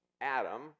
Adam